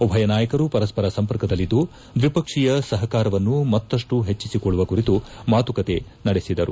ಉಭೆಯ ನಾಯಕರು ಪರಸ್ಪರ ಸಂಪರ್ಕದಲ್ಲಿದ್ದು ಧ್ವಿಪಕ್ಷೀಯ ಸಹಕಾರವನ್ನು ಮತ್ತುಷ್ಟು ಹೆಚ್ಚಿಸಿಕೊಳ್ಳುವ ಕುರಿತು ಮಾತುಕತೆ ನಡೆಸಿದರು